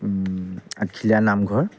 আঠখেলীয়া নামঘৰ